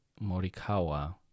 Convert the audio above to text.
morikawa